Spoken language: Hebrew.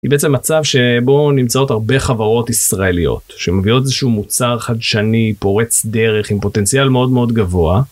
היא בעצם מצב שבו נמצאות הרבה חברות ישראליות שמביאות איזשהו מוצר חדשני, פורץ דרך עם פוטנציאל מאוד מאוד גבוה.